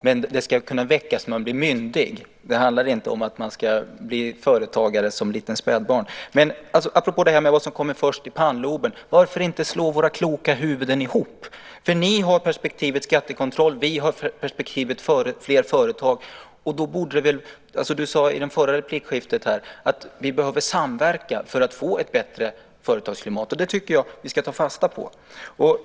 Herr talman! Om Ulla Wester hade läst vårt förslag hade hon sett att vi föreslår att en latent F-skattsedel tilldelas barn, men den ska kunna aktiveras när man blir myndig. Det handlar inte om att man ska bli företagare som litet spädbarn. Apropå vad som kommer först i pannloben: Varför inte slå våra kloka huvuden ihop? Ni har perspektivet skattekontroll. Vi har perspektivet fler företag. Du sade i det förra replikskiftet att vi behöver samverka för att få ett bättre företagsklimat. Det tycker jag att vi ska ta fasta på.